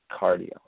cardio